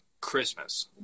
Christmas